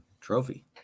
trophy